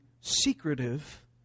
secretive